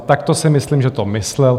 Takto si myslím, že to myslel.